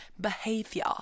behavior